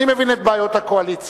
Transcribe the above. אני מבין את בעיות הקואליציה.